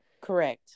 Correct